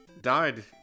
died